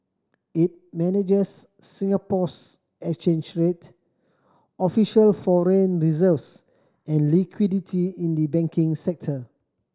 it manages Singapore's exchange rate official foreign reserves and liquidity in the banking sector